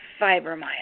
fibromyalgia